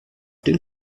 den